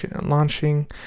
launching